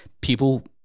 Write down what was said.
people